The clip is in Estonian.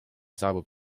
saabub